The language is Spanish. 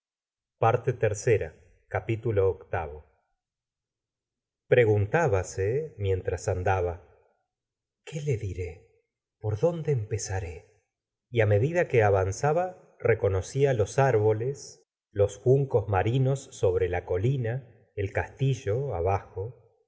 nada aqueha prostitución viii preguntábase mientras andaba qué le diré por dónde empezaré y á medida que avanzaba reconocía los árboles los juncos marinos sobre la colina el castillo abajo